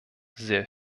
sehr